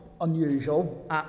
unusual